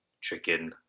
chicken